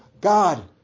God